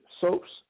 soaps